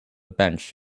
bench